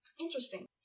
interesting